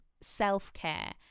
self-care